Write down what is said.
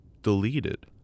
deleted